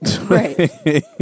right